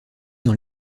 dans